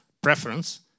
preference